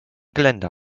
geländer